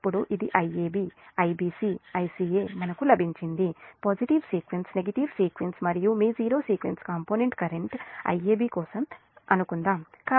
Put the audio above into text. ఇప్పుడు ఇది Iab Ibc Ica మనకు లభించింది పాజిటివ్ సీక్వెన్స్ నెగటివ్ సీక్వెన్స్ మరియు మీ జీరో సీక్వెన్స్ కాంపోనెంట్ కరెంట్ సే Iab కోసం చెప్పండి